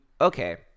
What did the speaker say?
okay